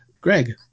Greg